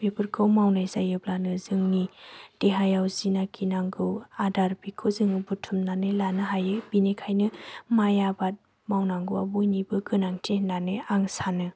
बेफोरखौ मावनाय जायोब्लानो जोंनि देहायाव जिनाखि नांगौ आदार बिखौ जोङो बुथुमनानै लानो हायो बेनिखायनो माइ आबाद मावनांगौआ बयनिबो गोनांथि होननानै आं सानो